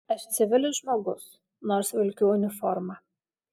aš civilis žmogus nors vilkiu uniformą